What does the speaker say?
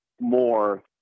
more